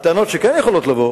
הטענות שכן יכולות לבוא